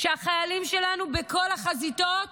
כשהחיילים שלנו בכל החזיתות